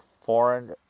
foreign